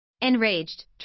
Enraged